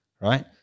right